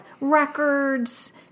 records